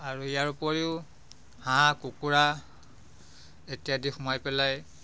আৰু ইয়াৰ উপৰিও হাঁহ কুকুৰা ইত্যাদি সোমাই পেলাই